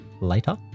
later